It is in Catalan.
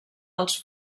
als